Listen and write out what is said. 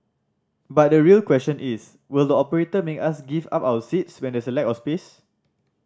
but the real question is will the operator make us give up our seats when there's a lack of space